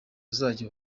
uzajya